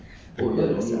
ya is a monologue